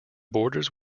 borders